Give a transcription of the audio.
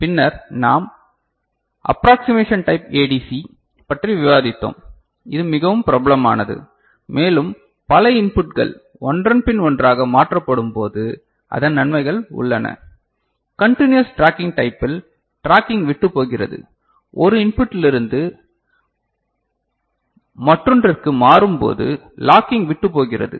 பின்னர் நாம் approximation type ADC பற்றி விவாதித்தோம் இது மிகவும் பிரபலமானது மேலும் பல இன்புட்கள் ஒன்றன் பின் ஒன்றாக மாற்றப்படும்போது அதன் நன்மைகள் உள்ளன கண்டினுயஸ் ட்ராக்கிங் டைப்பில் ட்ராக்கிங் விட்டுப் போகிறது ஒரு இன்புட்டிலிருந்து மற்றொன்றிக்கு மாறும் போது லாக்கிங் விட்டுப் போகிறது